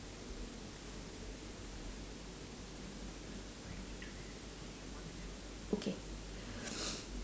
okay